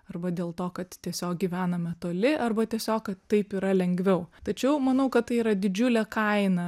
arba dėl to kad tiesiog gyvename toli arba tiesiog kad taip yra lengviau tačiau manau kad tai yra didžiulė kaina